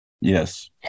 Yes